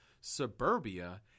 Suburbia